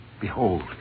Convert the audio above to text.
Behold